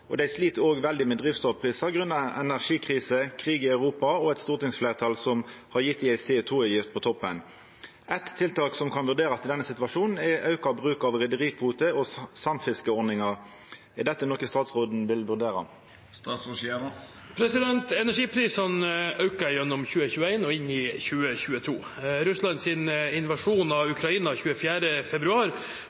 og dei slit også veldig med drivstoffprisar grunna energikrise, krig i Europa og eit stortingsfleirtal som gir dei ei CO 2 -avgift på toppen. Eit tiltak som kan vurderast i denne situasjonen, er auka bruk av rederikvote- og samfiskeordningar. Er dette noko statsråden vil vurdere?» Energiprisene økte gjennom 2021 og inn i 2022. Russlands invasjon av Ukraina 24. februar